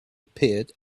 appeared